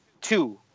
two